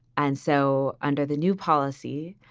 and so under the new policy,